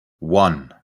one